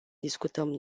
discutăm